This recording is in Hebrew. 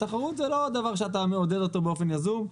זה לא דבר שאתה מעודד באופן יזום.